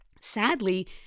Sadly